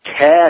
cash